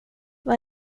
vad